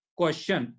question